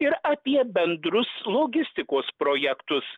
ir apie bendrus logistikos projektus